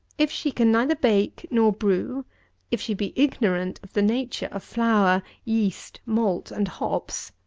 if she can neither bake nor brew if she be ignorant of the nature of flour, yeast, malt, and hops,